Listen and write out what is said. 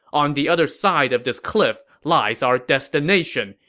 on the other side of this cliff lies our destination.